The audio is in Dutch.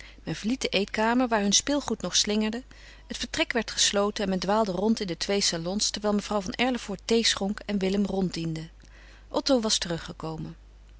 verliet de eetkamer waar hun speelgoed nog slingerde het vertrek werd gesloten en men dwaalde rond in de twee salons terwijl mevrouw van erlevoort thee schonk en willem ronddiende otto was teruggekomen